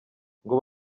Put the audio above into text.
ngo